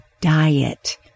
diet